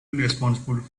responsible